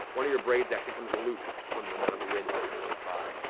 one of your braids actually comes loose from the amount of wind that blows by.